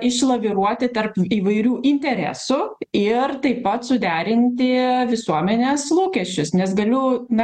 išlaviruoti tarp įvairių interesų ir taip pat suderinti visuomenės lūkesčius nes galiu na